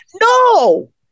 No